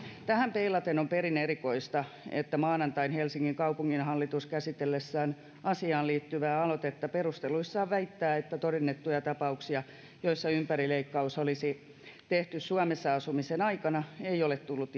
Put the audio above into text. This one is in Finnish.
tähän peilaten on perin erikoista että maanantaina helsingin kaupunginhallitus käsitellessään asiaan liittyvää aloitetta perusteluissaan väittää että todennettuja tapauksia joissa ympärileikkaus olisi tehty suomessa asumisen aikana ei ole tullut